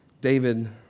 David